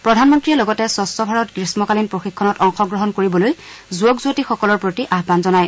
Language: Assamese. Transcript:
প্ৰধানমন্ত্ৰীয়ে লগতে স্বছ্ ভাৰত গ্ৰীস্মকালীন প্ৰশিক্ষণত অংশগ্ৰহণ কৰিবলৈ যুৱক যুৱতীসকলৰ প্ৰতি আয়ুন জনায়